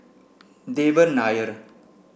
Devan Nair